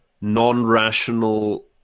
non-rational